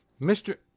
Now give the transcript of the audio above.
Mr